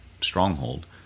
stronghold